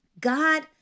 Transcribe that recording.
God